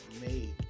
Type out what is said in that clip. made